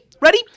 ready